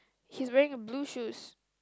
he's wearing blue shoes